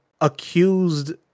accused